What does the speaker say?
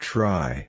Try